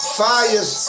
fires